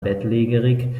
bettlägerig